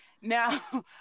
Now